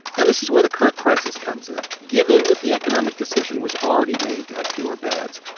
and this is where the current crisis comes in. given that the economic decision was already made to have fewer beds,